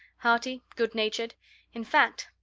hearty, good-natured in fact,